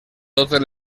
totes